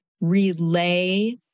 relay